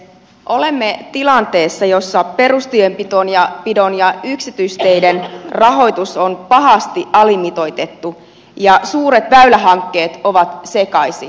olemme tilanteessa jossa perustienpidon ja yksityisteiden rahoitus on pahasti alimitoitettu ja suuret väylähankkeet ovat sekaisin